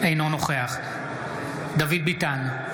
אינו נוכח דוד ביטן,